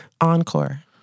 Encore